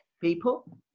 people